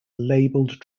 labelled